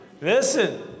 Listen